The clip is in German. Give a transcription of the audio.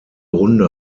runde